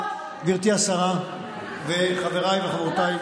גברתי השרה וחבריי וחברותיי,